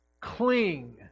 cling